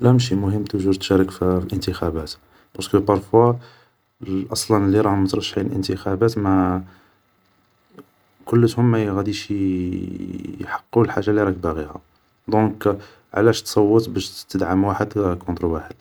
لا ماشي مهم توجور تشارك في الانتخابات, بارسكو بارفوا أصلا لي راهم مترشحين للانتخابات ما كلتهم ما غاديش يحقو الحاجة الي راك باغيها, دونك علاش تصوت باش تدعم واحد كونتر واحد